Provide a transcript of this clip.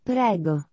Prego